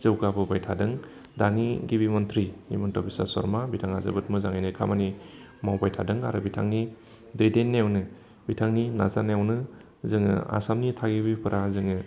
जौगाबोबाय थादों दानि गिबि मन्थ्रि हिमन्त बिस्व शर्मा बिथाङा जोबोद मोजाङैनो खामानि मावबाय थादों आरो बिथांनि दैदेननायावनो बिथांनि नाजानायावनो जोङो आसामनि थागाबिफोरा जोङो